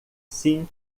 sim